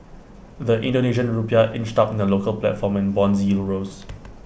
the Indonesian Rupiah inched up in the local platform and Bond yields rose